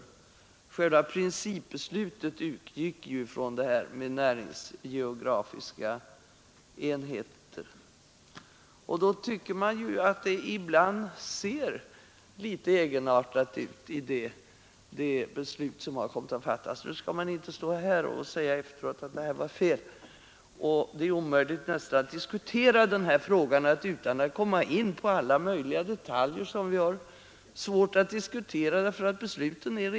Själva principbeslutet utgick från att det skulle vara näringsgeografiska enheter, och därför tycker jag att de beslut som kommit att fattas ibland ser litet egenartade ut.